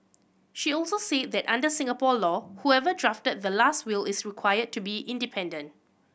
she also said that under Singapore law whoever drafted the last will is required to be independent